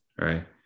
Right